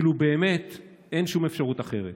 כאילו באמת אין שום אפשרות אחרת.